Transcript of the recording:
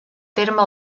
terme